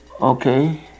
Okay